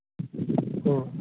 ᱦᱮᱸ